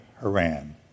Haran